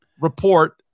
report